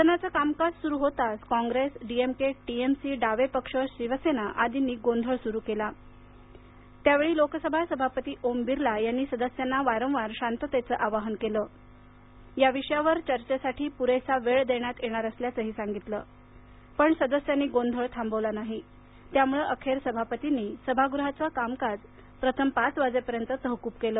सदनाचं कामकाज सुरू होताच कॉंग्रेसडीएमके टीएमसी डावे पक्ष शिवसेना आदींनी गोंधळ सुरू केला त्यावेळी लोकसभा सभापती ओम बिर्ला यांनी सदस्यांना वारंवार शांततेच आवाहन केलं या विषयावर चर्चेसाठी पुरेसा वेळ देण्यात येणार असल्याचंही सांगितलं पण गोंधळ थांबला नाही त्यामुळं अखेर सभापतींनी सभागृहाचं कामकाज पाच वाजेपर्यंत तहकूब केलं